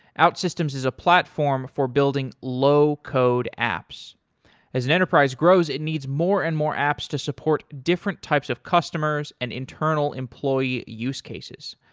outsystems is a platform for building low-code apps as an enterprise grows, it needs more and more apps to support different types of customers and internal employee use cases.